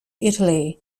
italy